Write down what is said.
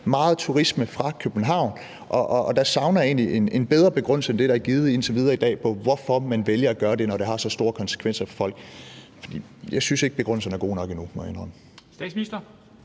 meget turisme i København, og der savner jeg egentlig en bedre begrundelse end den, der indtil videre er givet i dag, på, hvorfor man vælger at gøre det, når det har så store konsekvenser for folk. Jeg synes ikke, at begrundelserne er gode nok endnu, må jeg